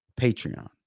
Patreon